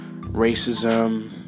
racism